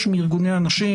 מבקש מארגוני הנשים,